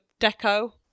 deco